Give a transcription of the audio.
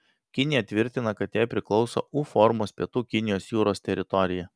kinija tvirtina kad jai priklauso u formos pietų kinijos jūros teritorija